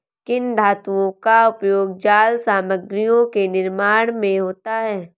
किन धातुओं का उपयोग जाल सामग्रियों के निर्माण में होता है?